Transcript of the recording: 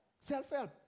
Self-help